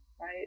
right